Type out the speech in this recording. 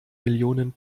millionen